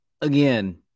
again